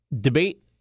debate